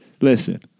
Listen